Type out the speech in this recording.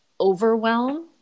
overwhelm